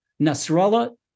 Nasrallah